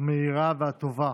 המהירה והטובה.